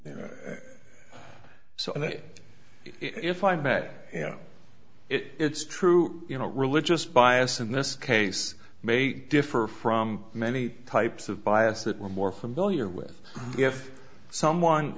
know so that if i met it it's true you know religious bias in this case may differ from many types of bias that we're more familiar with if someone